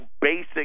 basic